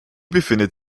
befindet